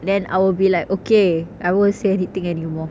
then I will be like okay I won't say anything anymore